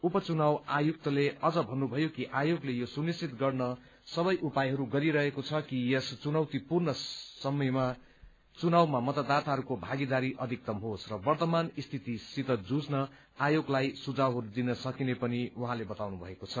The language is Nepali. उपचुनाव आयुक्तले अझ भत्रुभयो कि आयोगले यो सुनिश्चित गर्न सबै उपायहरू गरिरहेको छ कि यस चुनौतीपूर्ण समयमा चुनावमा मतदाताहरूको भागीदारी अथिक्तम होस् र वर्तमान स्थितिसित जुझ्न आयोगलाई सुझावहरू दिन सकिने पनि उहाँले बताउनुभएको छ